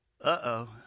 Uh-oh